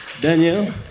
Daniel